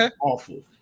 awful